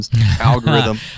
algorithm